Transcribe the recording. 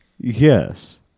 Yes